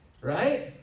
right